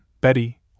Betty